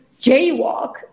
jaywalk